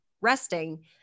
resting